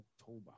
October